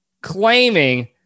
claiming